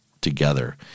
together